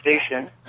Station